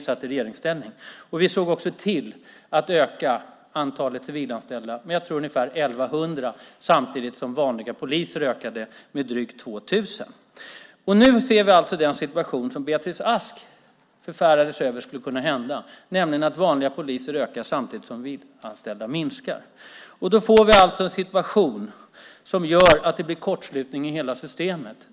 Vi såg till att öka antalet civilanställda med ungefär 1 100 samtidigt som antalet vanliga poliser ökade med drygt 2 000. Nu ser vi alltså den situation som Beatrice Ask förfärade sig över skulle uppstå, nämligen att antalet vanliga poliser ökar samtidigt som antalet civilanställda minskar. Då får vi en situation som gör att det blir kortslutning i hela systemet.